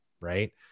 right